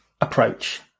approach